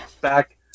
back